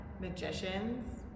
magicians